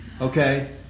okay